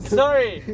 sorry